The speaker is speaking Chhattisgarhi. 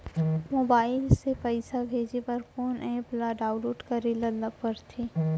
मोबाइल से पइसा भेजे बर कोन एप ल डाऊनलोड करे ला पड़थे?